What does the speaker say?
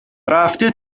رفته